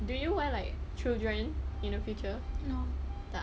do you want like children in the future tak